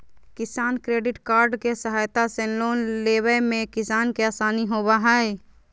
किसान credit card के सहायता से लोन लेवय मे किसान के आसानी होबय हय